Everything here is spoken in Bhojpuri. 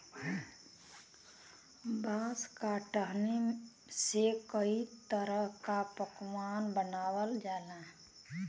बांस क टहनी से कई तरह क पकवान बनावल जाला